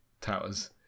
towers